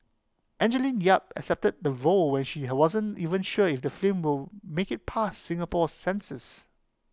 Angeline yap accepted the role when she had wasn't even sure if the film will make IT past Singapore's censors